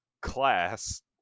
class